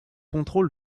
contrôle